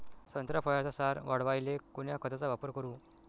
संत्रा फळाचा सार वाढवायले कोन्या खताचा वापर करू?